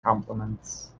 compliments